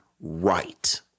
right